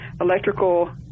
electrical